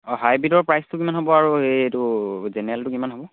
অঁ হাইব্ৰ্ৰীডৰ প্ৰাইচটো কিমান হ'ব আৰু এইটো জেনেৰেলটো কিমান হ'ব